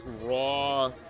raw